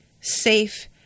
safe